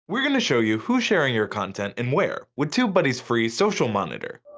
we're going to show you who's sharing your content, and where with tubebuddy's free social monitor!